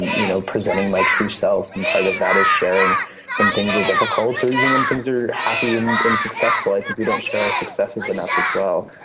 you know, presenting my true self. and part of that is sharing when things are difficult or even when things are happy and and successful, i think we don't share our successes enough as well.